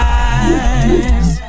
eyes